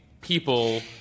people